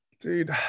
Dude